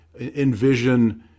envision